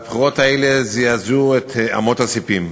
באותו שבוע, והבחירות האלה זעזעו את אמות הספים.